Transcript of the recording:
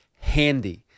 handy